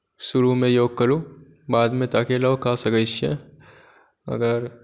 शुरूमे योग करू बादमे तऽ अकेलो कऽ सकैत छियै अगर